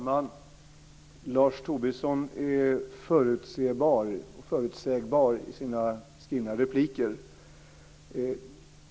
Fru talman! Lars Tobisson är förutsebar och förutsägbar i sina skrivna repliker.